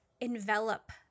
envelop